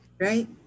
Right